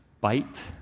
bite